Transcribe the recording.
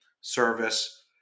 service